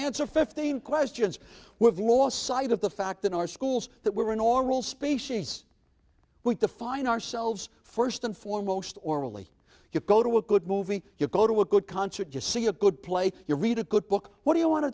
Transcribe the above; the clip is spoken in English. answer fifteen questions we've lost sight of the fact in our schools that we were an oral species we define ourselves first and foremost orally you go to a good movie you go to a good concert you see a good play you read a good book what you want to